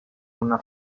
una